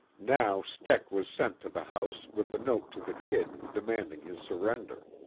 now steck was sent to the house with a note to the kid demanding his surrender.